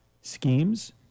schemes